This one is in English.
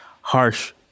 harsh